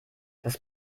das